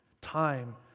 time